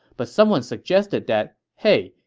but someone suggested that hey,